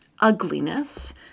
ugliness